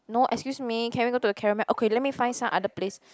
no excuse me can we go to the Carol Mel okay let me find some other place